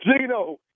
Gino